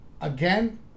again